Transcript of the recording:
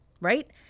right